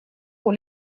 pour